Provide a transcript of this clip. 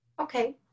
okay